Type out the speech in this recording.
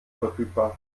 verfügbar